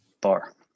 Bar